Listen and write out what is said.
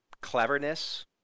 cleverness